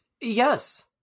Yes